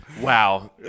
Wow